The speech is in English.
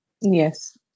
Yes